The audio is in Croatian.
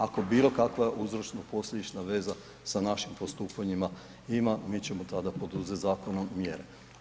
Ako bilo kakva uzročno-posljedična veza sa našim postupanjima ima mi ćemo tada poduzeti zakonom mjere.